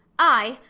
i,